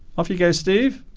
off you go steve